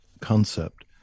concept